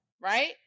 Right